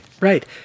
right